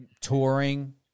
touring